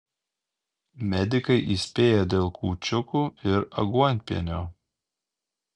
medikai įspėja dėl kūčiukų ir aguonpienio